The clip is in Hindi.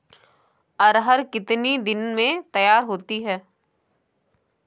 अरहर कितनी दिन में तैयार होती है?